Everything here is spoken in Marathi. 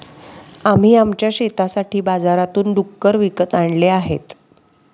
आम्ही आमच्या शेतासाठी बाजारातून डुक्कर विकत आणले आहेत